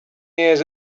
years